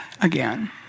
again